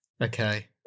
Okay